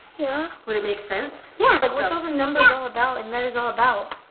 yeah would it make sense? yeah like what's all the numbers all about and letters all about?